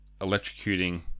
electrocuting